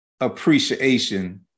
appreciation